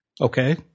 okay